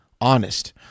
honest